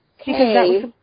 Okay